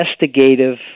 investigative